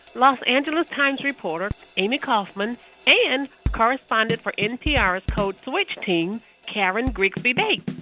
los angeles times reporter amy kaufman and correspondent for npr's code switch team karen grigsby bates.